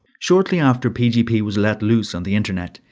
shortly after pgp was let loose on the internet,